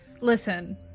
listen